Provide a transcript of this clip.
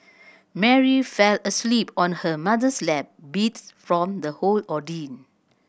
Mary fell asleep on her mother's lap beat from the whole ordeal